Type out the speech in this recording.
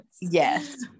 yes